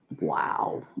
Wow